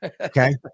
okay